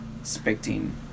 expecting